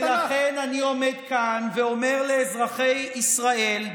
ולכן אני עומד כאן ואומר לאזרחי ישראל: